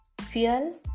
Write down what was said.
Fuel